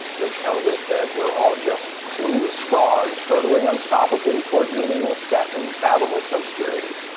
which tells us that we're all just clueless frauds hurtling unstoppably toward meaningless death and fathomless obscurity.